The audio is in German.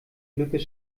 glückes